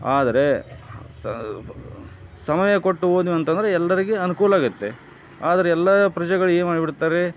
ಆದರೆ ಸಮಯ ಕೊಟ್ಟು ಹೋದ್ವಿ ಅಂತಂದರೆ ಎಲ್ಲರಿಗೆ ಅನುಕೂಲ ಆಗುತ್ತೆ ಆದರೆ ಎಲ್ಲ ಪ್ರಜೆಗಳು ಏನು ಮಾಡಿಬಿಡ್ತಾರೆ